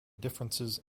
differences